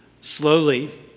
slowly